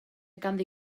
ganddi